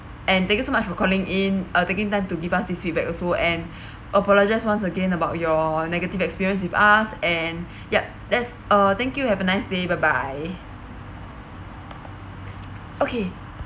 and thank you so much for calling in uh taking time to give us this feedback also and apologize once again about your negative experience with us and yup that's uh thank you have a nice day bye bye okay